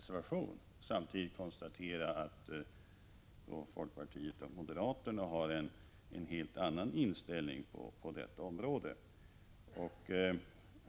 Samtidigt kunde jag konstatera att folkpartiet och moderaterna har en helt annan inställning på detta område.